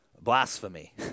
blasphemy